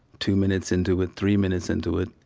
two minutes into it, three minutes into it,